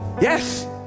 Yes